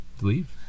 leave